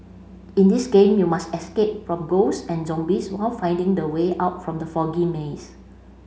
in this game you must escape from ghosts and zombies while finding the way out from the foggy maze